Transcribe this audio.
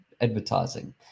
advertising